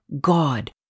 God